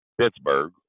Pittsburgh